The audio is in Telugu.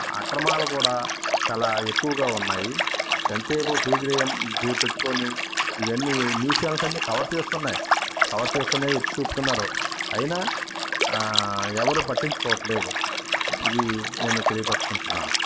అక్రమాలు కూడా చాలా ఎక్కువగా ఉన్నాయి ఎంతసేపు ఫీజులు రీయింబర్స్ పెట్టుకొని ఇవన్నీ న్యూస్ చానల్స్ అన్ని కవర్ చేస్తున్నాయి కవర్ చేస్తున్నాయి ఎత్తి చూపుతున్నారు అయినా ఎవరూ పట్టించుకోవడంలేదు ఇది నేను తెలియపరుచుకుంటున్నాను